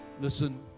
Listen